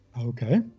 okay